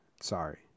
Sorry